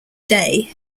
day